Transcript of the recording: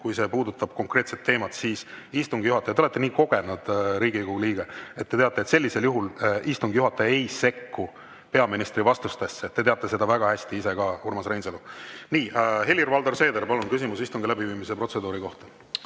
kui [vastus] puudutab konkreetset teemat, siis istungi juhataja – te olete nii kogenud Riigikogu liige, et te teate seda – ei sekku peaministri vastusesse. Te teate seda väga hästi ise ka, Urmas Reinsalu. Nii. Helir-Valdor Seeder, palun, küsimus istungi läbiviimise protseduuri kohta!